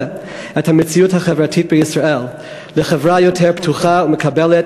את המציאות החברתית בישראל לחברה יותר פתוחה ומקבלת,